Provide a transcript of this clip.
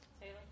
Taylor